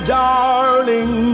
darling